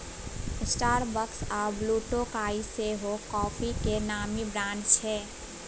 Starbucks आ ब्लुटोकाइ सेहो coffee केर नामी ब्रांड छै